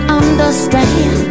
understand